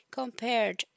compared